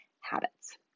habits